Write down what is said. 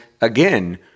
again